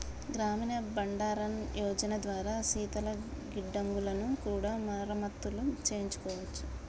గ్రామీణ బండారన్ యోజన ద్వారా శీతల గిడ్డంగులను కూడా మరమత్తులు చేయించుకోవచ్చు